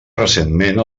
recentment